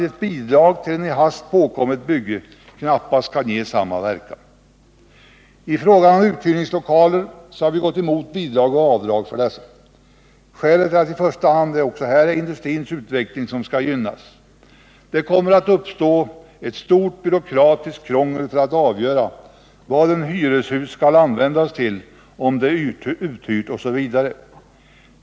Ett bidrag till ett i hast påkommet bygge kan knappast ge samma verkan. I fråga om uthyrningslokaler så har vi gått emot bidrag och avdrag för dessa. Skälet är att det i första hand är industrins utveckling som skall gynnas. Det kommer att uppstå ett stort byråkratiskt krångel för att avgöra vad ett 103 hyreshus skall användas till, om det är uthyrt osv.